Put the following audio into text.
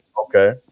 Okay